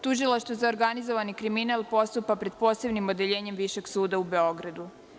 Tužilaštvo za organizovani kriminal postupa pred Posebnim odeljenjem Višeg suda u Beogradu.